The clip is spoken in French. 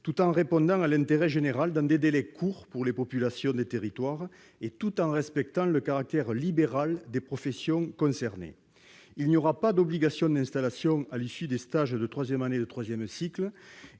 tout en visant l'intérêt général, dans des délais courts pour les populations des territoires, et tout en respectant le caractère libéral des professions concernées. Il n'y aura pas d'obligation d'installation à l'issue des stages de troisième année de troisième cycle,